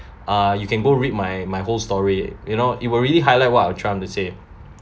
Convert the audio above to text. uh you can go read my my whole story you know it will really highlight what I'm trying to say